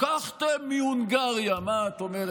"לקחתם מהונגריה" מה את אומרת,